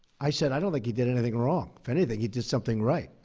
i said, i don't think he did anything wrong. if anything, he did something right.